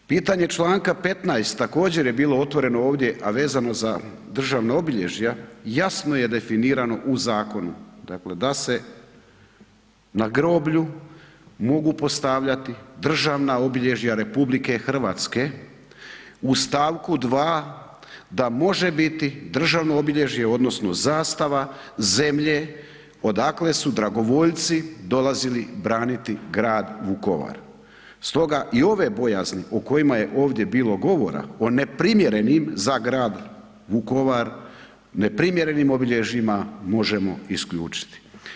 Pitanje članka 15., također je bilo otvoreno ovdje, a vezano za državna obilježja, jasno je definirano u Zakonu, dakle, da se na groblju mogu postavljati državna obilježja Republike Hrvatske, u stavku 2., da može biti državno obilježje odnosno zastava zemlje odakle su dragovoljci dolazili braniti Grad Vukovar, stoga i ove bojazni o kojima je ovdje bilo govora, o neprimjerenim za Grad Vukovar, neprimjerenim obilježjima možemo isključiti.